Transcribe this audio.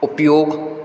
उपयोग